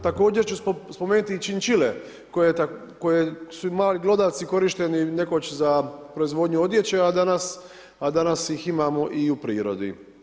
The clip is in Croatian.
Također ću spomenuti i čin čile, koje su mali glodavci, korišteni nekoć za proizvodnju odjeće, a danas ih imamo i u prirodi.